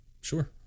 Sure